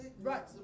Right